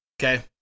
Okay